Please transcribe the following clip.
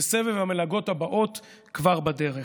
וסבב המלגות הבאות כבר בדרך.